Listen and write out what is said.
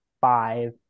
five